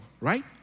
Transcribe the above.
right